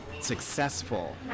successful